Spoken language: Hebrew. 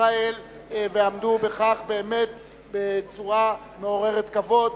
ישראל ועמדו בכך באמת בצורה מעוררת כבוד.